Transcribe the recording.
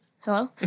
Hello